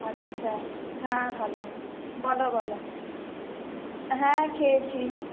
আচ্ছা হ্যাঁ ভালো বলো বলো হ্যাঁ খেয়েছি